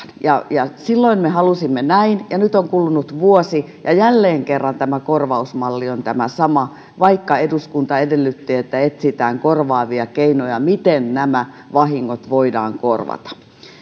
korvataan silloin me halusimme näin ja nyt on kulunut vuosi ja jälleen kerran tämä korvausmalli on tämä sama vaikka eduskunta edellytti että etsitään korvaavia keinoja siihen miten nämä vahingot voidaan korvata